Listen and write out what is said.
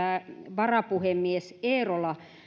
varapuhemies eerola